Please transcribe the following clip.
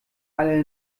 alle